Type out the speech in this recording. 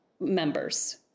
members